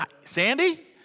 Sandy